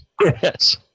Yes